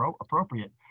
appropriate